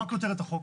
מה כותרת החוק?